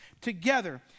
together